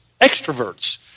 extroverts